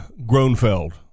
groenfeld